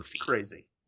crazy